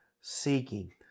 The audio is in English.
seeking